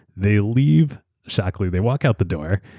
they leave shockley, they walk out the door,